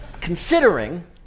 considering